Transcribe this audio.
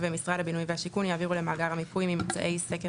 ומשרד הבינוי והשיכון יעבירו למאגר המיפוי ממצאי סקר